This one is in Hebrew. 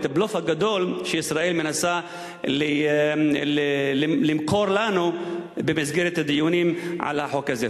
את הבלוף הגדול שישראל מנסה למכור לנו במסגרת הדיונים על החוק הזה.